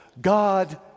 God